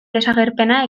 desagerpena